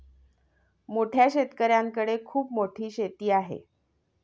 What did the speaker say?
मोठ्या शेतकऱ्यांकडे खूप मोठी शेती आहे